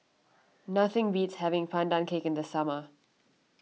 nothing beats having Pandan Cake in the summer